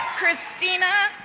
christina